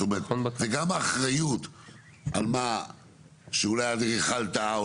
זאת אומרת זה גם האחריות על מה שאולי אדריכל טעה,